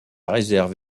réserve